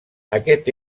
aquest